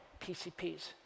PCPs